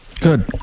Good